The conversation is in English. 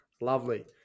Lovely